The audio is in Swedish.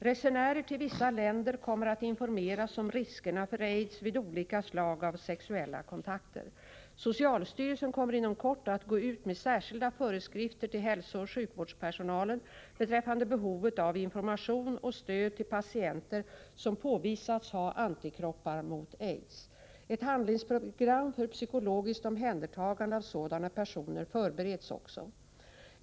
Resenärer till vissa länder kommer att informeras om riskerna för AIDS vid olika slag av sexuella kontakter. Socialstyrelsen kommer inom kort att gå ut med särskilda föreskrifter till hälsooch sjukvårdspersonalen beträffande behovet av information och stöd till patienter som påvisats ha antikroppar mot AIDS. Ett handlingsprogram för psykologiskt omhändertagande av sådana personer förbereds också.